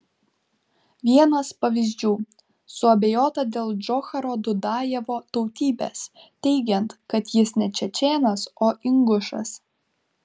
vienas pavyzdžių suabejota dėl džocharo dudajevo tautybės teigiant kad jis ne čečėnas o ingušas